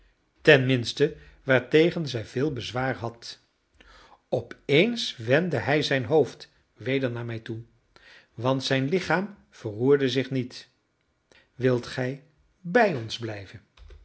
tenminste waartegen zij veel bezwaar had opeens wendde hij zijn hoofd weder naar mij toe want zijn lichaam verroerde zich niet wilt gij bij ons blijven